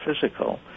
physical